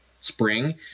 spring